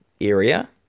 area